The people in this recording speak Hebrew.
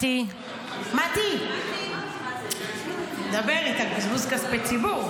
אני מדברת על בזבוז כספי ציבור,